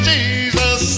Jesus